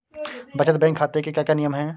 बचत बैंक खाते के क्या क्या नियम हैं?